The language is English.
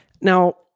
Now